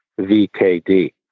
VKD